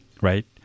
right